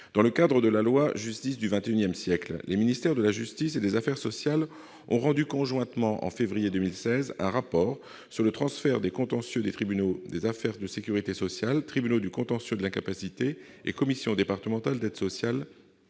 modernisation de la justice du XXI siècle, les ministères de la justice et des affaires sociales ont rendu conjointement, en février 2016, un rapport sur le transfert du contentieux des tribunaux des affaires de sécurité sociale, les TASS, des tribunaux du contentieux de l'incapacité, ou TCI, et des commissions départementales d'aide sociale,